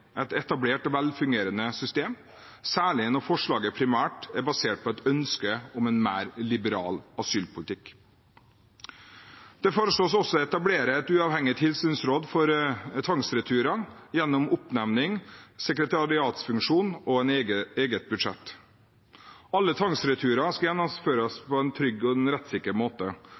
et etablert og velfungerende system, særlig når forslaget primært er basert på ønsket om en mer liberal asylpolitikk. Det foreslås også å etablere et uavhengig tilsynsråd for tvangsreturer gjennom oppnevning, sekretariatsfunksjon og et eget budsjett. Alle tvangsreturer skal gjennomføres på en trygg og rettssikker måte.